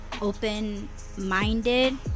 open-minded